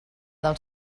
del